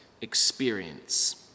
experience